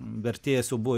vertėjas jau buvo